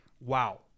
wow